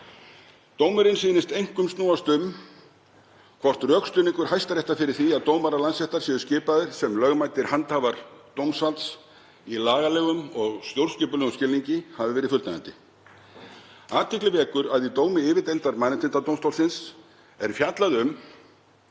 Dómurinn sýnist einkum snúast um hvort rökstuðningur Hæstaréttar fyrir því að dómarar Landsréttar séu skipaðir sem lögmætir handhafar dómsvalds í lagalegum og stjórnskipulegum skilningi hafi verið fullnægjandi. Athygli vekur að í dómi yfirdeildar Mannréttindadómstólsins er fjallað um